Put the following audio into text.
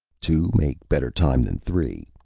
two make better time than three.